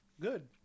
Good